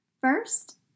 First